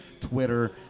Twitter